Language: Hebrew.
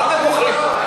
מה אתם, ?